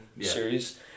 series